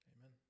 Amen